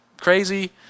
crazy